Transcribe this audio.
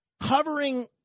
covering